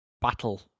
battle